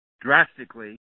drastically